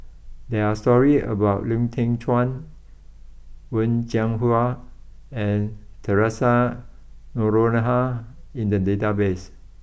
there are stories about Lau Teng Chuan Wen Jinhua and Theresa Noronha in the database